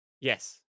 Yes